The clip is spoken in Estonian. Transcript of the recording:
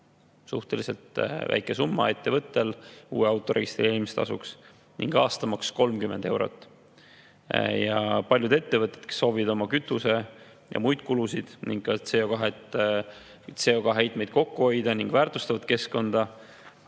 suhteliselt väike summa ettevõttele uue auto registreerimise tasuks – ning aastamaks 30 eurot. Paljud ettevõtted, kes soovivad oma kütuse- ja muid kulusid ning CO2-heitmeid kokku hoida ning väärtustavad keskkonda,